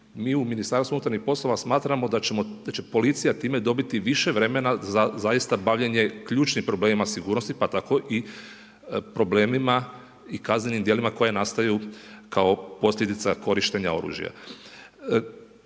mi u Ministarstvu unutarnjih poslova smatramo da će policija time dobiti više vremena za zaista bavljenje ključnim problemima sigurnosti pa tako i problemima i kaznenim djelima koje nastaju kao posljedica korištenja oružja.